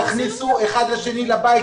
תכניסו אחד את השני לבית.